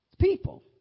people